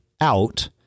out